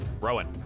Rowan